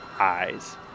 eyes